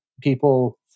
people